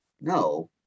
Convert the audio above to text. no